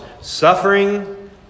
Suffering